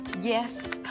yes